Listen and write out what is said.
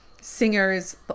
singers